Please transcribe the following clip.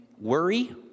worry